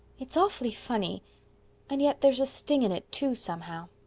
it's awfully funny and yet there's a sting in it, too, somehow.